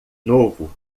novo